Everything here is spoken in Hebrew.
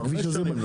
חמש שנים.